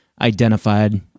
identified